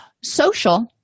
Social